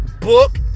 Book